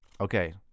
okay